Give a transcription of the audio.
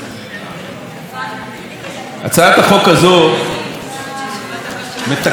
הצעת החוק הזאת מתקנת מצב קיים,